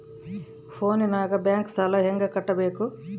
ಫೋನಿನಾಗ ಬ್ಯಾಂಕ್ ಸಾಲ ಹೆಂಗ ಕಟ್ಟಬೇಕು?